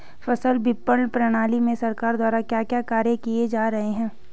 फसल विपणन प्रणाली में सरकार द्वारा क्या क्या कार्य किए जा रहे हैं?